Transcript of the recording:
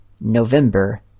November